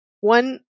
one